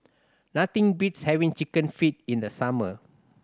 nothing beats having Chicken Feet in the summer